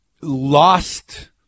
lost